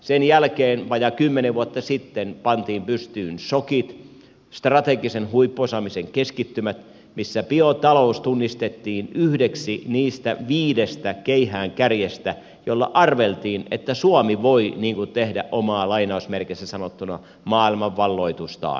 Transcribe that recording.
sen jälkeen vajaa kymmenen vuotta sitten pantiin pystyyn shokit strategisen huippuosaamisen keskittymät missä biotalous tunnistettiin yhdeksi niistä viidestä keihäänkärjestä joilla arveltiin suomen voivan tehdä omaa maailmanvalloitustaan